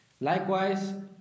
Likewise